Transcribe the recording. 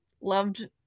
loved